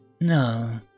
No